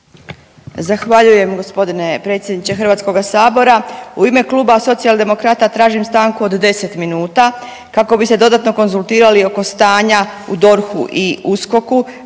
Zahvaljujem g. predsjedniče HS-a, u ime Kluba socijaldemokrata tražim stanku od 10 minuta kako bi se dodatno konzultirali oko stanja u DORH-u i USKOK-u